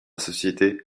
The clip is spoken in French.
société